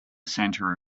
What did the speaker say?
center